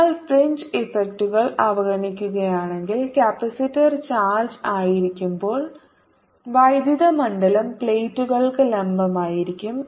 ഞങ്ങൾ ഫ്രിഞ്ച് ഇഫക്റ്റുകൾ അവഗണിക്കുകയാണെങ്കിൽ കപ്പാസിറ്റർ ചാർജ്ജ് ആയിരിക്കുമ്പോൾ വൈദ്യുത മണ്ഡലം പ്ലേറ്റുകൾക്ക് ലംബമായിരിക്കും